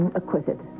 acquitted